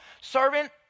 Servant